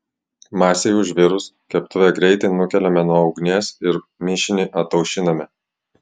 masei užvirus keptuvę greitai nukeliame nuo ugnies ir mišinį ataušiname